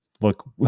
look